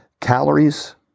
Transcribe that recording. Calories